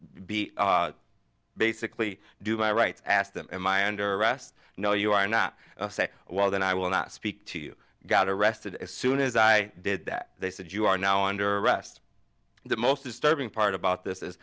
basically do my rights asked them in my under arrest no you are not wild and i will not speak to you got arrested as soon as i did that they said you are now under arrest the most disturbing part about this is